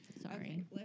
Sorry